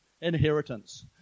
inheritance